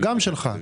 גם שלך.